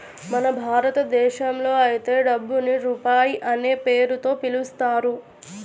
మన భారతదేశంలో అయితే డబ్బుని రూపాయి అనే పేరుతో పిలుస్తారు